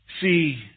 See